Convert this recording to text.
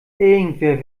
irgendwer